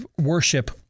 worship